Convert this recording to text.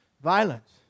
Violence